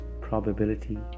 probability